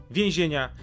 więzienia